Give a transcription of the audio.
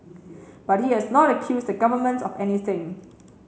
but he has not accused the Government of anything